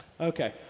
Okay